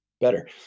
better